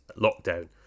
lockdown